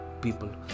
people